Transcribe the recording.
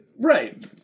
Right